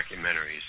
documentaries